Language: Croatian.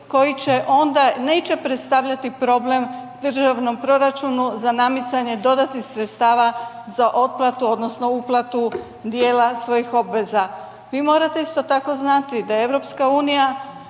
koji će onda, neće predstavljati problem državnom proračunu za namicanje dodatnih sredstava za otplatu odnosno uplatu dijela svojih obveza. Vi morate isto tako znati da EU predstavlja